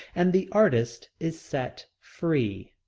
and the artist is set free.